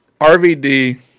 RVD